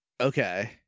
Okay